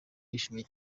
yishimye